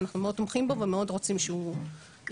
אנחנו מאוד תומכים בו ומאוד רוצים שהוא יתממש.